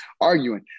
arguing